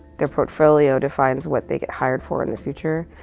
their portfolio defines what they get hired for in the future.